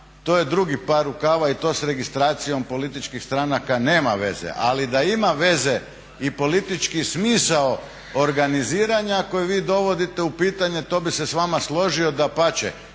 to je drugi par rukava i to sa registracijom političkih stranaka nema veze. Ali da ima veze i politički smisao organiziranja ako je vi dovodite u pitanje, to bi se s vama složio dapače